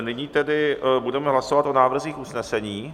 Nyní tedy budeme hlasovat o návrzích usnesení.